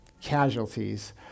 casualties